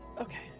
Okay